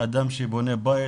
אדם שבונה בית,